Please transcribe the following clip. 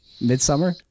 Midsummer